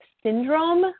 syndrome